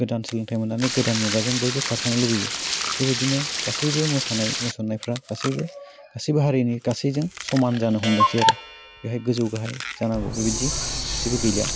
गोदान सोलोंथाइ मोन्नानै गोदान मुगाजों बयबो खारफानो लुगैयो बेबायदिनो गासैबो मोसानाय मुसुरनायफ्रा गासैबो गासिबो हारिनि गासैजों समान जानो हमदोंसै आरो बेहाय गोजौ गाहाय जानांगौ बेबायदि जेबो गैलिया